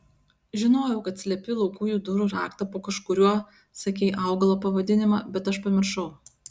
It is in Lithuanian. žinojau kad slepi laukujų durų raktą po kažkuriuo sakei augalo pavadinimą bet aš pamiršau